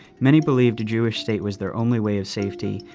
many believed a jewish state was their only way of safety.